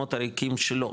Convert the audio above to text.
המקומות הריקים שלו,